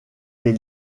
des